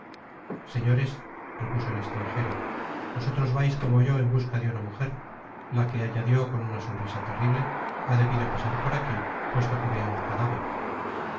señores repuso el estranjero vosotros vais como yo en busca de una mujer la que añadió con una sonrisa terrible ha debido pasar por aqui puesto que veo un cadáver